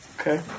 Okay